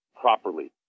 properly